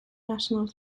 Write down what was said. national